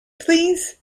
please